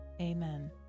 Amen